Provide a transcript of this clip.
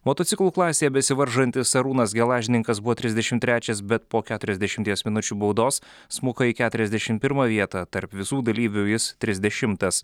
motociklų klasėje besivaržantis arūnas gelažninkas buvo trisdešimt trečias bet po keturiasdešimties minučių baudos smuko į keturiasdešim pirmą vietą tarp visų dalyvių jis trisdešimtas